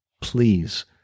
please